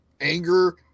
anger